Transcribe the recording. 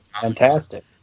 fantastic